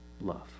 love